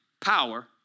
power